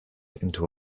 into